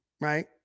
right